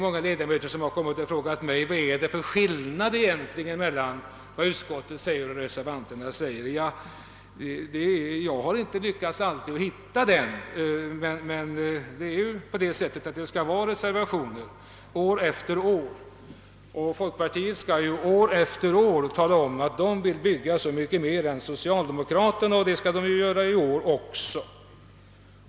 Många ledamöter har kommit till mig och frågat, vad det egentligen är för skillnad mellan utskottets förslag och reservanternas. Jag har inte på alla punkter lyckats hitta någon sådan skillnad. Men det tycks höra till saken, att alla dessa reservationer år efter år skall föras fram och att folkpartiet år efter år skall tala om att man vill bygga så mycket mer än socialdemokraterna. Det vill man göra i år också.